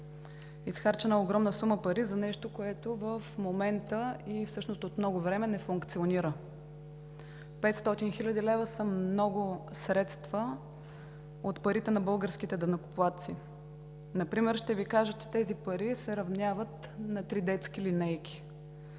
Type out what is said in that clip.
Изхарчена е огромна сума пари за нещо, което от много време не функционира – 500 хил. лв. са много средства от парите на българските данъкоплатци. Например ще Ви кажа, че тези пари се равняват на три детски линейки